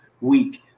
week